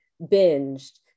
binged